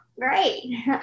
great